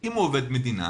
אם הוא עובד מדינה,